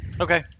Okay